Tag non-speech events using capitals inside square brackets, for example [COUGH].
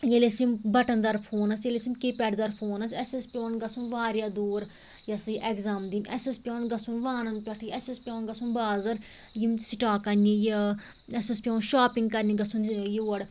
ییٚلہِ اَسہِ یِم بٹن دار فون ٲسۍ ییٚلہِ اَسہِ یِم کیٖپیڈ دار فون ٲسۍ اَسہِ ٲسۍ پٮ۪وان گَژھُن وارِیاہ دوٗر یہِ ہسا یہِ اٮ۪گزام دِنہِ اَسہِ اوس پٮ۪وان گَژھُن وانن پٮ۪ٹھٕے اَسہِ اوس پٮ۪وان گَژھُن بازر یِم سٕٹاک انٛنہِ یہِ اَسہِ اوس پٮ۪وان شاپِنٛگ کرنہِ گَژھُن [UNINTELLIGIBLE] یور